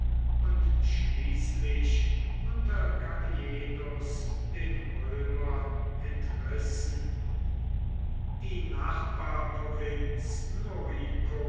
und schließlich unter gallienus den römern entrissen die nachbarprovinz